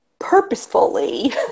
purposefully